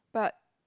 but